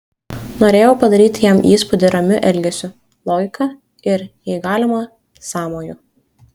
norėjau padaryti jam įspūdį ramiu elgesiu logika ir jei galima sąmoju